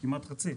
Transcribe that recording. כמעט חצי.